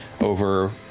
over